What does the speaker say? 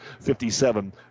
57